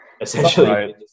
essentially